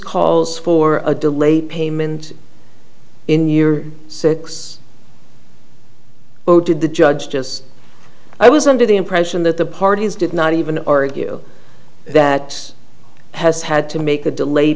calls for a delay payment in year six oh did the judge just i was under the impression that the parties did not even argue that has had to make a delayed